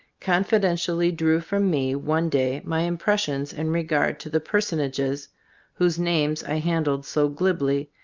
confidentially drew from me one day my impressions in regard to the personages whose names i handled so glibly,